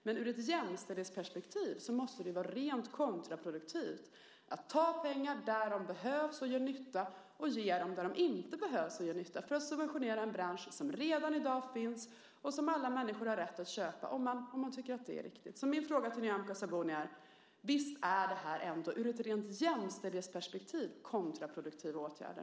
Men ur ett jämställdhetsperspektiv måste det vara rent kontraproduktivt att ta pengar där de behövs och gör nytta och ge dem dit där de inte behövs och inte gör nytta, för att subventionera en bransch som redan i dag finns och som alla människor har rätt att köpa om man tycker att det är riktigt. Min fråga till Nyamko Sabuni är: Visst är det här ändå ur ett rent jämställdhetsperspektiv kontraproduktiva åtgärder?